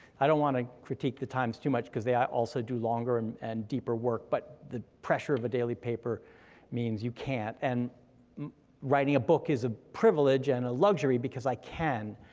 i don't wanna critique the times too much cause they also do longer and and deeper work, but the pressure of a daily paper means you can't, and writing a book is a privilege and a luxury because i can.